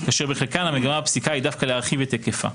כאשר בחלקן המגמה בפסיקה היא דווקא להרחיב את היקפה.